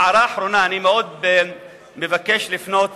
הערה אחרונה: אני מאוד מבקש לפנות